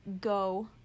go